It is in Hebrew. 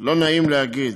לא נעים להגיד,